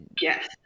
Yes